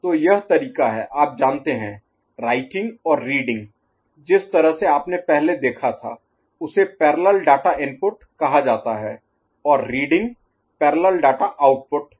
तो यह तरीका है आप जानते हैं राइटिंग और रीडिंग जिस तरह से आपने पहले देखा था उसे पैरेलल डाटा इनपुट कहा जाता है और रीडिंग पैरेलल डाटा आउटपुट है